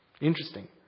Interesting